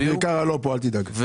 אגיד עוד דבר אחד,